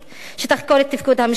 שתחקור את תפקוד המשטרה.